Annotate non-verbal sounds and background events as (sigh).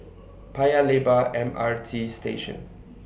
(noise) Paya Lebar M R T Station